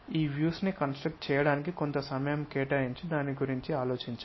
ఈ వ్యూస్ ను కన్స్ట్రక్ట్ చేయడానికి కొంత సమయం కేటాయించి దాని గురించి ఆలోచించండి